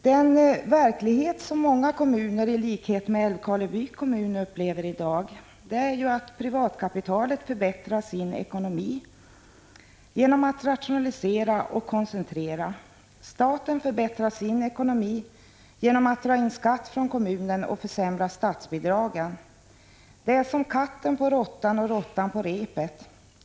Den verklighet som många kommuner i likhet med Älvkarleby kommun upplever i dag är att privatkapitalet förbättrar sin ekonomi genom att rationalisera och koncentrera. Staten förbättrar sin ekonomi genom att dra in skatt från kommunerna och försämra statsbidragen. Det är som katten på råttan och råttan på repet.